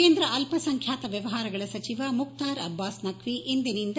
ಕೇಂದ್ರ ಅಲ್ಲಸಂಖ್ಯಾತ ವ್ಯವಹಾರಗಳ ಸಚಿವ ಮುಖ್ಯಾರ್ ಅಬ್ಬಾಸ್ ನಖ್ಯಿ ಇಂದಿನಿಂದ